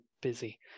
busy